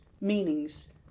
meanings